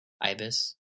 ibis